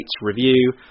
review